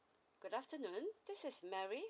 good afternoon this is mary